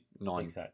nine